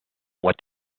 what